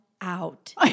out